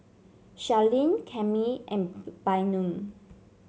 Charline Cami and Bynum